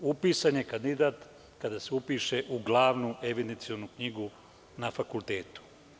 Upisan je kandidat kada se upiše u glavnu evidencionu knjigu na fakultetu.